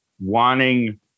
wanting